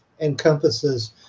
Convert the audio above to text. encompasses